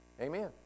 amen